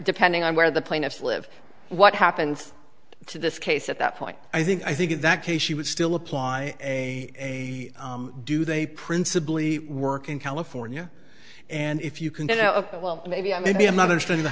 depending on where the plaintiffs live what happened to this case at that point i think i think in that case she would still apply a do they principally work in california and if you can do that well maybe i maybe i'm not understand